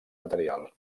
material